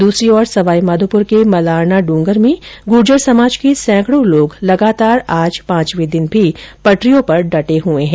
दूसरी ओर सवाईमाधोपुर के मलारनाडुंगर में गुर्जर समाज के सैंकडों लोग लगातार आज पांचवे दिन भी पटरियों पर डटे हुए हैं